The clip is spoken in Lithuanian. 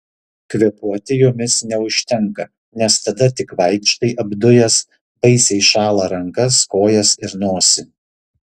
kvėpuoti jomis neužtenka nes tada tik vaikštai apdujęs baisiai šąla rankas kojas ir nosį